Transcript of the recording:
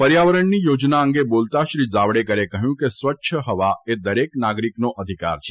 પર્યાવરણની યોજના અંગે બોલતાં શ્રી જાવડેકરે કહ્યું હતું કે સ્વચ્છ હવા એ દરેક નાગરિકનો અધિકાર છે